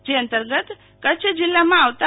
જે અંતર્ગત કચ્છ જિલ્લામાં આવતાં